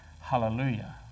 Hallelujah